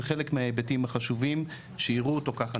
זה חלק מההיבטים החשובים שיראו אותו ככה.